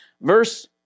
verse